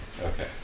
Okay